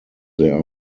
their